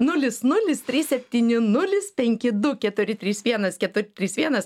nulis nulis trys septyni nulis penki du keturi trys vienas keturi trys vienas